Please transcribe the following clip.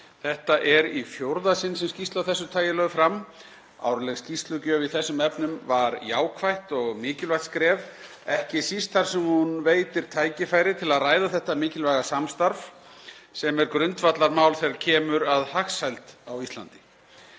Þetta er í fjórða sinn sem skýrslu af þessu tagi er lögð fram. Árleg skýrslugjöf í þessum efnum var jákvætt og mikilvægt skref, ekki síst þar sem hún veitir tækifæri til að ræða þetta mikilvæga samstarf sem er grundvallarmál þegar kemur að hagsæld á Íslandi.